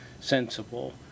sensible